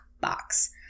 box